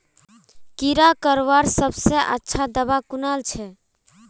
कीड़ा रोकवार सबसे अच्छा दाबा कुनला छे?